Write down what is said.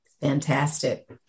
Fantastic